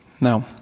Now